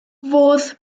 fodd